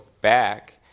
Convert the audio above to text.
back